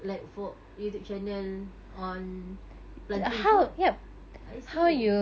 like for YouTube channel on planting food I see